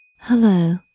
Hello